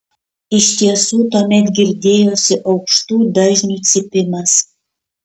iš tiesų tuomet girdėjosi aukštų dažnių cypimas